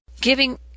giving